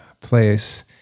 place